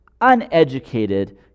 uneducated